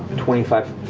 twenty five,